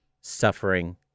suffering